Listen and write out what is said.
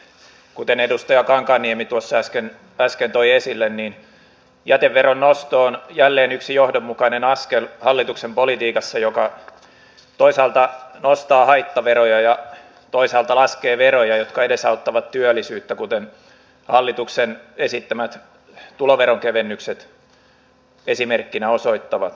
kuten edustaja kankaanniemi tuossa äsken toi esille niin jäteveron nosto on jälleen yksi johdonmukainen askel hallituksen politiikassa joka toisaalta nostaa haittaveroja ja toisaalta laskee veroja jotka edesauttavat työllisyyttä kuten hallituksen esittämät tuloveron kevennykset esimerkkinä osoittavat